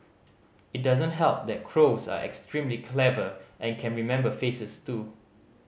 it doesn't help that crows are extremely clever and can remember faces too